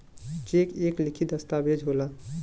check एक लिखित दस्तावेज होला